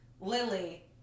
lily